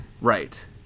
Right